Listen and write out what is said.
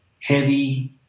heavy